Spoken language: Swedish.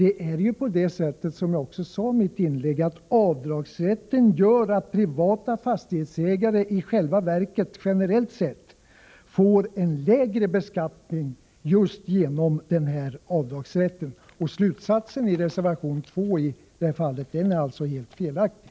Det är ju på det sättet, som jag också sade i mitt inlägg, att avdragsrätten just gör att privata fastighetsägare i själva verket generellt sett får en lägre beskattning. Slutsatsen i reservation 2 är alltså helt felaktig.